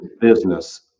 business